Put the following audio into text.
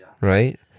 right